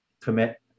commit